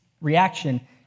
reaction